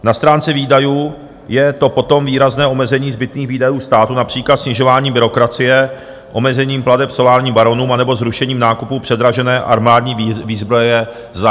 Na stránce výdajů je to potom výrazné omezení zbytných výdajů státu, například snižováním byrokracie, omezením plateb solárním baronům anebo zrušením nákupu předražené armádní výzbroje ze zahraničí.